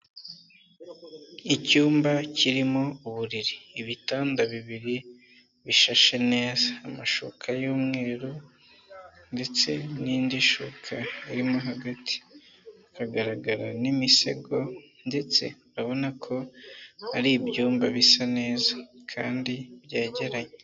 Icyumba kirimo uburiri ibitanda bibiri bishashe neza, amashoka y'umweru ndetse n'indi shuka irimo hagati, bikagaragara n'imisego ndetse urabona ko ari ibyumba bisa neza, kandi byegeranye.